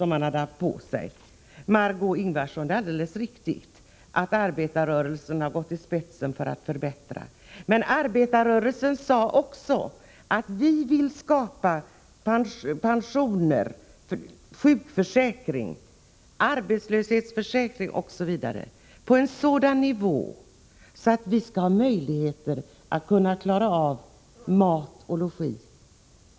Margö Ingvardsson, det är alldeles riktigt att arbetarrörelsen har gått i spetsen när det gäller förbättringar, men arbetarrörelsen sade också att den vill skapa pensioner, sjukförsäkring, arbetslöshetsförsäkring m.m. på en sådan nivå att det finns möjligheter att klara av mat och logi.